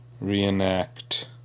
reenact